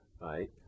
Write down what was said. right